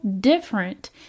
different